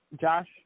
Josh